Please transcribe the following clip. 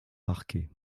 arqué